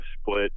split